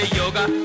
yoga